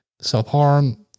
self-harm